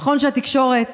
נכון שהתקשורת